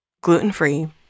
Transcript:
gluten-free